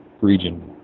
region